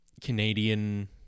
Canadian